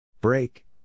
Break